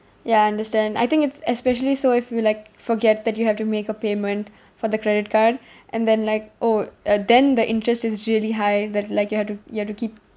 ya I understand I think it's especially so if you like forget that you have to make a payment for the credit card and then like oh uh then the interest is really high that like you have to you have to keep